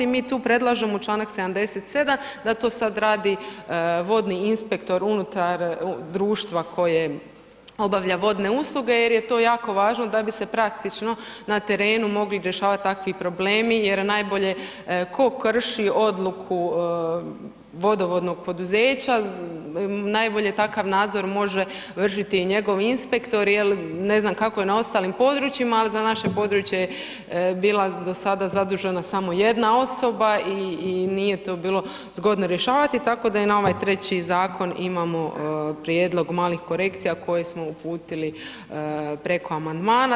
Mi tu predlažemo u čl. 77 da to sad radi vodni inspektor unutar društva koje obavlja vodne usluge jer je to jako važno da bi se praktično na terenu mogli rješavati takvi problemi jer najbolje tko krši odluku vodovodnog poduzeća, najbolja takav nadzor može vršiti i njegov inspektor jer ne znam kako je na ostalim područjima, ali za naše područje je bila do sada zadužena samo jedna osoba i nije tu bilo zgodno rješavati, tako da i na ovaj treći zakon imamo prijedlog, malih korekcija koje smo uputili preko amandmana.